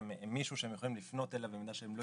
מישהו שהם יכולים לפנות אליו במידה שהם לא